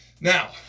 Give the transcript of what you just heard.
Now